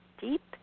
deep